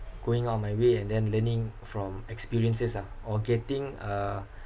going on my way and then learning from experiences ah or getting a